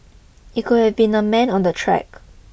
it could have been a man on the track